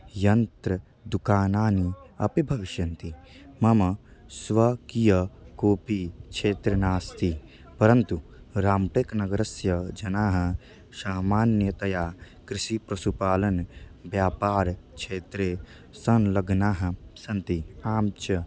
यन्त्रदुकानानि अपि भविष्यन्ति मम स्वाकीयं कोपि क्षेत्रं नास्ति परन्तु राम्टेक् नगरस्य जनाः सामान्यतया कृषिपशुपालनव्यापारक्षेत्रे संलग्नाः सन्ति आं च